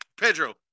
Pedro